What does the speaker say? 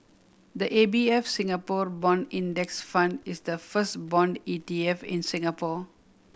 the A B F Singapore Bond Index Fund is the first bond E T F in Singapore